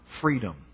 freedom